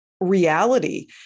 reality